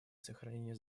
сохранения